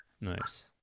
Nice